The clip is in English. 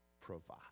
provide